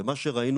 מה שראינו,